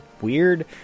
weird